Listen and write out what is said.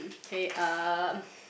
k uh